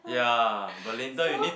hurt so